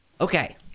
Okay